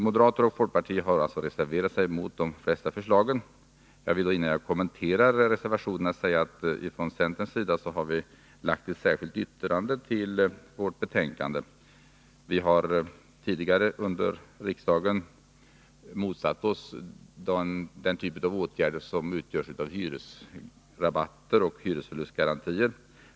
Moderater och folkpartister har reserverat sig mot de flesta förslagen. Jag vill, innan jag kommenterar reservationerna, säga att vi från centerns sida har fogat ett särskilt yttrande till utskottets betänkande. Vi har tidigare under riksmötet motsatt oss den typ av åtgärder som utgörs av hyresrabatter och hyresförlustgarantier.